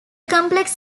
complex